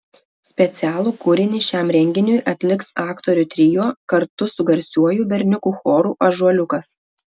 specialų kūrinį šiam renginiui atliks aktorių trio kartu su garsiuoju berniukų choru ąžuoliukas